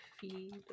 Feed